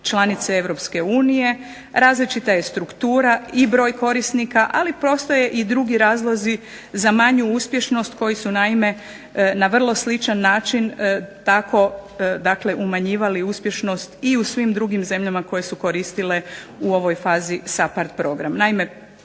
članice Europske unije, različita je struktura i broj korisnika ali postoje i drugi razlozi za manju uspješnost koji su na vrlo sličan način umanjivali uspješnost i u svim drugim zemljama koje su koristile u ovoj fazi SAPARD program.